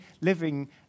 living